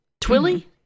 Twilly